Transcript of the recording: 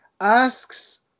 asks